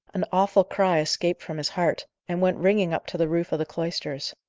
an awful cry escaped from his heart, and went ringing up to the roof of the cloisters.